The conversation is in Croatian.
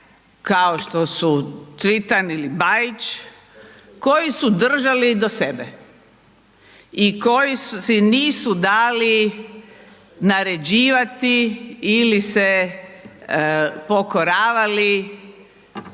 kao što su Cvitan ili Bajić koji su držali do sebe i koji si nisu dali naređivati ili se pokoravali